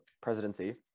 presidency